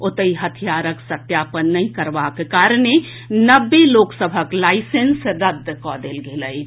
ओतहि हथियारक सत्यापन नहि करएबाक कारणे नब्बे लोक सभक लाईसेंस रद्द कऽ देल गेल अछि